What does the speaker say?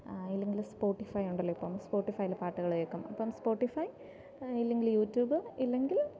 അല്ലെങ്കിൽ സ്പോട്ടിഫൈ ഉണ്ടല്ലോ ഇപ്പം സ്പോട്ടിഫൈയിൽ പാട്ടുകൾ കേൾക്കും അപ്പം സ്പോട്ടിഫൈ ഇല്ലെങ്കിൽ യൂട്യൂബ് ഇല്ലെങ്കിൽ